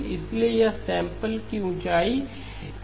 इसलिए ये सैंपल की ऊंचाई 1 हैं